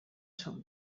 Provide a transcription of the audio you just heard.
són